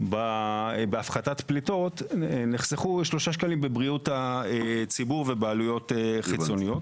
בהפחתת פלטות נחסכו 3 שקלים בבריאות הציבור ובעלויות חיצוניות.